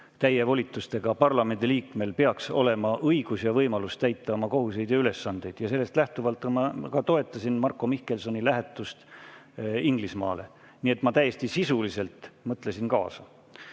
täisvolitustega parlamendiliikmel peaks olema õigus ja võimalus täita oma kohustusi ja ülesandeid. Ja sellest lähtuvalt ma ka toetasin Marko Mihkelsoni lähetust Inglismaale. Nii et ma täiesti sisuliselt mõtlesin kaasa. Kalle